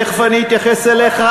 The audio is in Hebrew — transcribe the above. תכף אני אתייחס אליך,